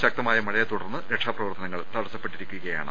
ശക്തമായ മഴയെ തുടർന്ന് രക്ഷാപ്രവർത്തനങ്ങൾ തടസ്പ്പെട്ടിരിക്കു കയാണ്